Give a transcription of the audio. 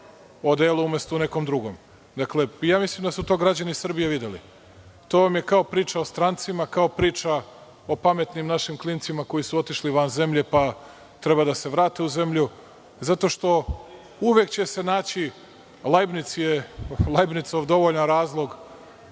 odelu umesto u nekom drugom? Mislim da su to građani Srbije videli. To vam je kao priča o strancima, kao priča o našim pametnim klincima koji su otišli van zemlje pa treba da se vrate u zemlju. Uvek će se naći Lajbnicov dovoljan razlog,